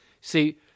See